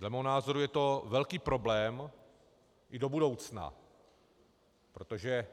Dle mého názoru je to velký problém i do budoucna, protože